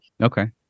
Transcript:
Okay